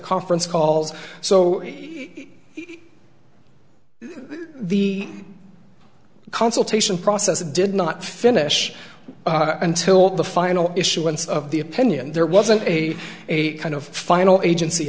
conference calls so the consultation process did not finish until the final issuance of the opinion there wasn't a kind of final agency